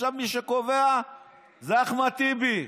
עכשיו מי שקובע זה אחמד טיבי.